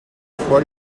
fois